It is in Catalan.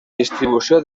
distribució